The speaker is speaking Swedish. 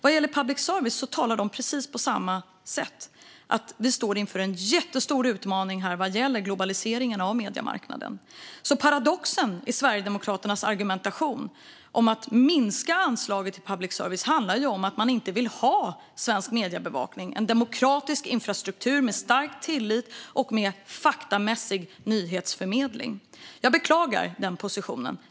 Vad gäller public service talar den precis på samma sätt. Vi står inför en jättestor utmaning vad gäller globaliseringen av mediemarknaden. Paradoxen i Sverigedemokraternas argumentation om att minska anslaget till public service handlar om att man inte vill ha svensk mediebevakning, en demokratisk infrastruktur med stark tillit och en faktamässig nyhetsförmedling. Jag beklagar den positionen.